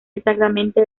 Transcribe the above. exactamente